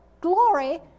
glory